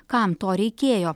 kam to reikėjo